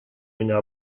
меня